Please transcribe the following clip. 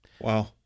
Wow